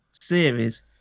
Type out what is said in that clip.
series